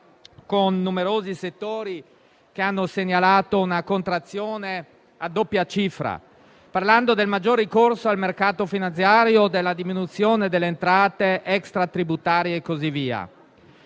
con numerosi settori che hanno segnalato una contrazione a doppia cifra e parlando del maggior ricorso al mercato finanziario o della diminuzione delle entrate extra tributarie e così via.